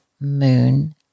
moon